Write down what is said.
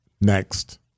Next